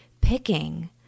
picking